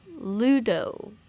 Ludo